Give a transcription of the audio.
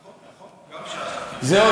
נכון, נכון, גם ש"ס לקחו.